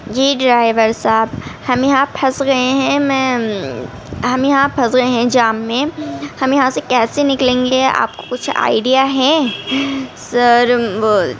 جی driver صاحب ہم یہاں پھنس گئے ہیں میں ہم یہاں پھنس گئے ہیں جام میں ہم یہاں سے کیسے نکلیں گے آپ کو کچھ آئیڈیا ہے سر وہ